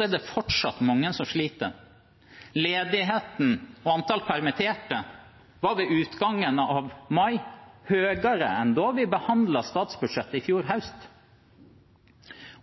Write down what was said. er det fortsatt mange som sliter. Ledigheten og antall permitterte var ved utgangen av mai høyere enn da vi behandlet statsbudsjettet i fjor høst.